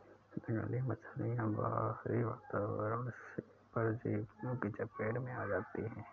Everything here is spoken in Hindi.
जंगली मछलियाँ बाहरी वातावरण से परजीवियों की चपेट में आ जाती हैं